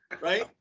right